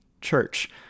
church